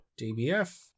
DBF